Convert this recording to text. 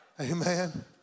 Amen